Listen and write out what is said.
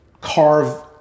carve